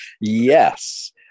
yes